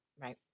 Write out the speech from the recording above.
right